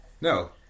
No